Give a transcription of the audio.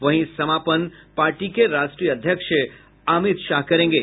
वहीं समापन पार्टी के राष्ट्रीय अध्यक्ष अमित शाह करेंगे